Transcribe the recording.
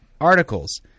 articles